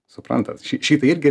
suprantat ši šitą irgi